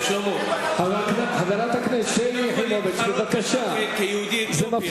אני לא יכול להתחרות בך כיהודי אתיופי,